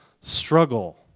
struggle